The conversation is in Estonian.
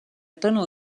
tõnu